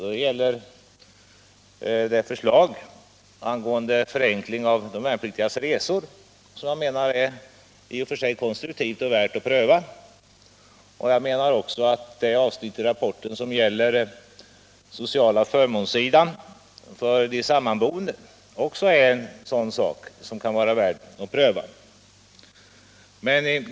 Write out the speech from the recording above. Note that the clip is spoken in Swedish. Där finns ett förslag angående förenkling av de värnpliktigas resor som jag menar är värd att pröva, och jag menar också att det avsnitt i rapporten som gäller de sociala förmånerna för samboende också kan vara värt att pröva.